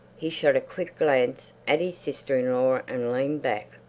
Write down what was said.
he shot a quick glance at his sister-in-law and leaned back.